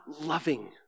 loving